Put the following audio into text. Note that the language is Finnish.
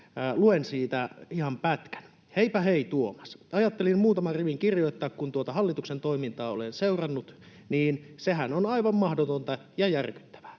Luen siitä ihan pätkän. ”Heipä hei, Tuomas! Ajattelin muutaman rivin kirjoittaa. Kun tuota hallituksen toimintaa olen seurannut, niin sehän on aivan mahdotonta ja järkyttävää.